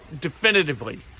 definitively